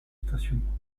stationnement